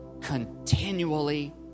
continually